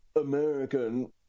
American